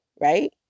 Right